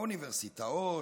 האוניברסיטאות,